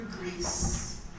Greece